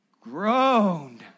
groaned